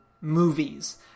movies